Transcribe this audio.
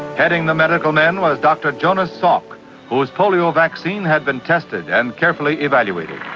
heading the medical men was dr jonas salk whose polio vaccine had been tested and carefully evaluated.